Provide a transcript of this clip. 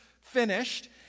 finished